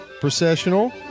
Processional